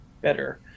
better